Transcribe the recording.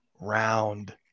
round